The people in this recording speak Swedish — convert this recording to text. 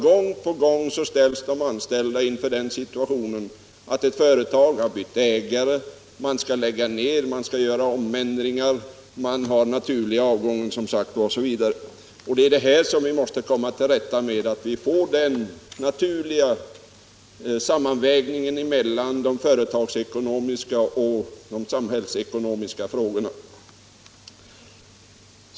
Gång på gång ställs de anställda inför att ett företag har bytt ägare, att man skall lägga ned, att man skall göra ändringar, att man har naturlig avgång osv. Det är detta som vi måste komma till rätta med så att vi får den naturliga sammanvägningen mellan de företagsekonomiska och de samhällsekonomiska frågorna.